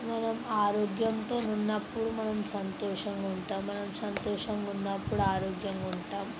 మనం ఆరోగ్యంతో ఉన్నప్పుడు మనం సంతోషంగా ఉంటాం మనం సంతోషంగా ఉన్నప్పుడు ఆరోగ్యంగా ఉంటాం